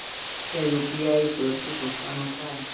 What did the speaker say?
क्या यू.पी.आई सुरक्षित भुगतान होता है?